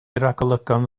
ragolygon